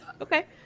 okay